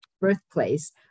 birthplace